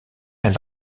elle